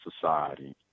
society